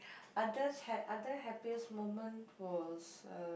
others ha~ other happiest moment was uh